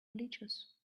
bleachers